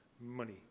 money